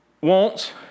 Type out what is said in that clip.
wants